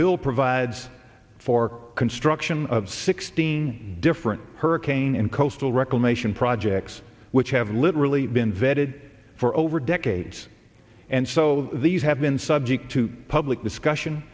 bill provides for construction of sixteen different hurricane and coastal reclamation projects which have literally been vetted for over decades and so these have been subject to public discussion